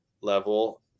level